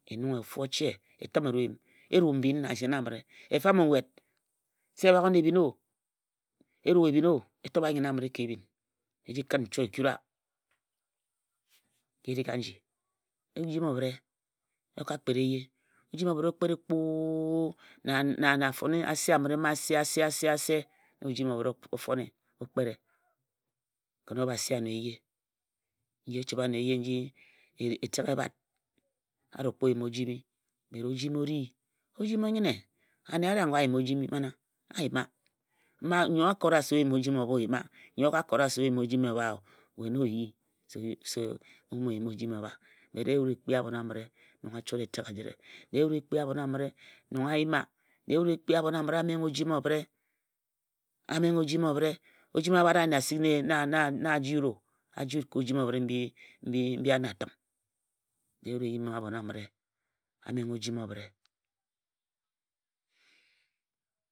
E nunghe ofu o che n tim e itue nyim e rue mbin na anyen amire o. E fame miset se bak wun ebhin o, E rue ebhin e tobha anyen amine ka ebhin, e ji kin nchoe e kura. Ka erik aji, ojimi obhire o ka kpe eye. Oji mi obhire okpere kpuu na afone ase ase ase amire na ojimi obhire okpere kǝn Obhasi ano eye. Nji e chibhe ane eye nji etek e bhat a ro kpo yim ojimi bot ojimi o ri, ojimi o nyine. Ane a ri ango a yima ojimi mana, a yima nnyo a kora se o yima ojimi obha o yima, nyo e ka kot wa se o yima ojimi o bha o we na oyi. We na o yo se o mo yiml. Ojimi obha. Bet dee wut e kpi abhon amǝre nong a chora etek ejire dee wut e kpi abhon amire nong a yima, e kpi abhon amǝre nong a yima ojimi a menghe ojimi obhire abhare-ane asik na a ji wut o, A ji wut ka ojimi obhǝre mbi ane atim. Dee isut e yim abhon amǝre a menghe ojimi obhǝre.